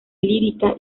lírica